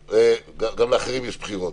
אוקיי, גם לאחרים יש בחירות.